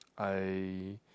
I